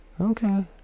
Okay